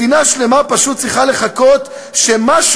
מדינה שלמה פשוט צריכה לחכות שמשהו